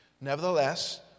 Nevertheless